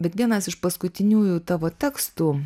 bet vienas iš paskutiniųjų tavo tekstų